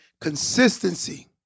consistency